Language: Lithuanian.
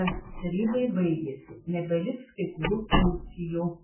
es tarybai baigėsi nebeliks kai kurių funkcijų